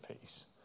peace